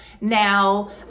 now